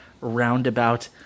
roundabout